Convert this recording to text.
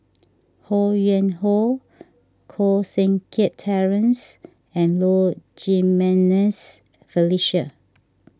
Ho Yuen Hoe Koh Seng Kiat Terence and Low Jimenez Felicia